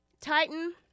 Titan